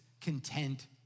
content